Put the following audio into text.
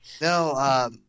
No